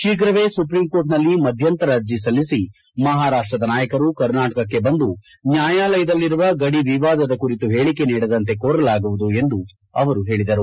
ಶೀಘ್ರವೇ ಸುಪ್ರೀಂ ಕೋರ್ಟಿನಲ್ಲಿ ಮಧ್ಯಂತರ ಅರ್ಜಿ ಸಲ್ಲಿಸಿ ಮಹಾರಾಷ್ವದ ನಾಯಕರು ಕರ್ನಾಟಕಕ್ಕೆ ಬಂದು ನ್ಯಾಯಾಲಯದಲ್ಲಿರುವ ಗಡಿವಿವಾದದ ಕುರಿತು ಹೇಳಿಕೆ ನೀಡದಂತೆ ಕೋರಲಾಗುವುದು ಎಂದು ಅವರು ಹೇಳಿದರು